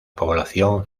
población